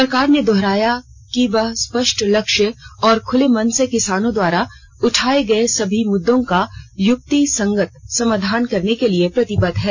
सरकार ने दोहराया है कि वह स्पष्ट लक्ष्य और खुले मन से किसानों द्वारा उठाए गए सभी मुद्दों का युक्तिसंगत समाधान करने के लिए प्रतिबद्ध है